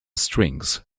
strings